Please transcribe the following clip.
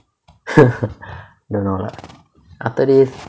don't know lah after this